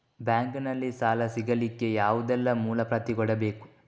Bank ನಲ್ಲಿ ಸಾಲ ಸಿಗಲಿಕ್ಕೆ ಯಾವುದೆಲ್ಲ ಮೂಲ ಪ್ರತಿ ಕೊಡಬೇಕು?